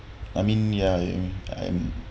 I mean ya in I'm